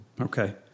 okay